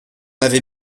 avait